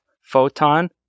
Photon